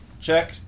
Check